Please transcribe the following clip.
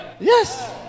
Yes